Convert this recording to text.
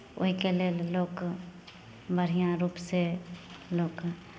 ओहिके लेल लोक बढ़िआँ रूपसँ लोक